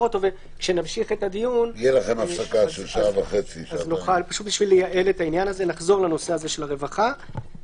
כשנמשיך את הדיון נוכל לחזור לנושא הזה של הרווחה,